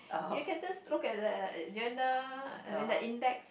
you can just look at the agenda I mean the index